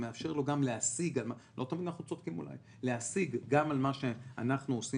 שמאפשר לו להשיג על מה שאנחנו עושים